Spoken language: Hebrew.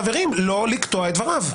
חברים, לא לקטוע את דבריו.